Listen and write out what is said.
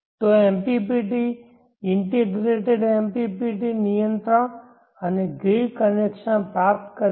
ત્યાં MPPT integrated MPPT નિયંત્રણ અને ગ્રીડ કનેક્શન પ્રાપ્ત કરીને